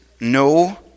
No